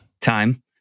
time